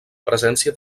presència